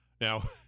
Now